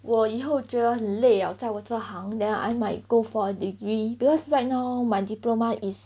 我以后觉得很累 liao 在我这行 then I might go for a degree because right now my diploma is